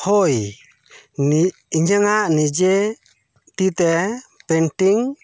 ᱦᱳᱭ ᱱᱤᱡ ᱤᱧᱟᱝ ᱟᱜ ᱱᱤᱡᱮ ᱛᱤ ᱛᱮ ᱯᱮᱱᱴᱤᱝ